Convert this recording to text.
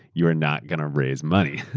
youaeurre not going to raise money.